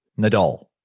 Nadal